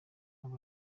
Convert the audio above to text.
abo